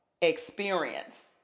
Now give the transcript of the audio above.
experience